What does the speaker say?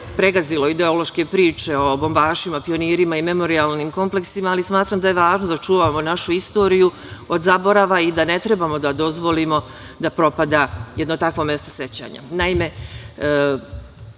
pregazilo ideološke priče o bombašima, pionirima i memorijalnim kompleksima, ali smatram da je važno da čuvamo našu istoriju od zaborava i ne smemo da dozvolimo da propada jedno takvo mesto sećanja. Naime,